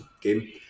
game